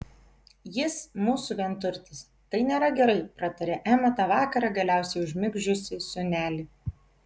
jis mūsų vienturtis tai nėra gerai pratarė ema tą vakarą galiausiai užmigdžiusi sūnelį